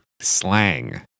slang